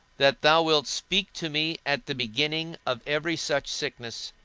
that thou wilt speak to me at the beginning of every such sickness,